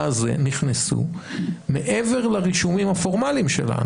הזה נכנסו מעבר לרישומים הפורמליים שלה,